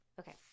okay